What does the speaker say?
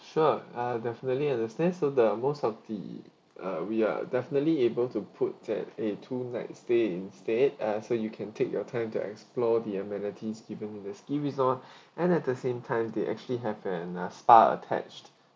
sure uh definitely understands so the most of the uh we are definitely able to put at a two nights stay instead uh so you can take your time to explore the amenities given in the ski resort and at the same time they actually have an uh star attached